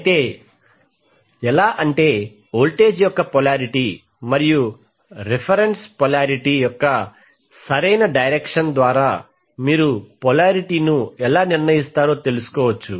అయితే ఎలా అంటే వోల్టేజ్ యొక్క పొలారిటీ మరియు రేఫెరెన్స్ పొలారిటీ యొక్క సరైన డైరక్షన్ ద్వారా మీరు పొలారిటీ ను ఎలా నిర్ణయిస్తారో తెలుసుకోవచ్చు